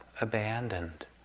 abandoned